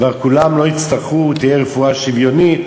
כבר כולם לא יצטרכו, תהיה רפואה שוויונית,